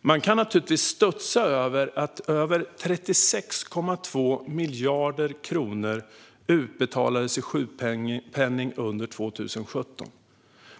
Man kan naturligtvis studsa över att mer än 36,2 miljarder kronor utbetalades i sjukpenning under 2017.